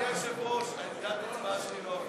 אדוני היושב-ראש, עמדת ההצבעה שלי לא עבדה.